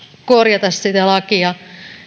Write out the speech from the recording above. korjata sitä lakia